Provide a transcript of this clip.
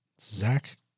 Zach